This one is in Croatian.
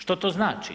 Što to znači?